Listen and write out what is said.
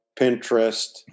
Pinterest